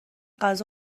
غذا